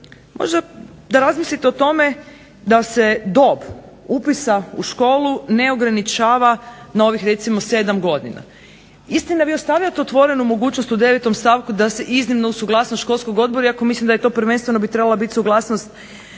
možda da razmislite o tome da se dob upisa u školu ne ograničava na ovih recimo 7 godina. Istina vi ostavljate otvorenu mogućnost u 9-om stavku da se iznimno uz suglasnost školskog odbora iako mislim da je to prvenstveno bi trebala biti suglasnost